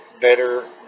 better